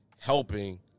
helping